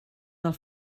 del